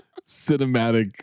cinematic